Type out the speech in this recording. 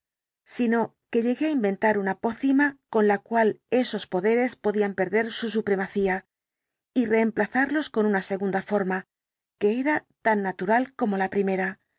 espíritu sino que llegué á inventar una pócima con la cual esos poderes podían perder su supremacía y reemplazarlos con una segunda forma que era tan natural como la primera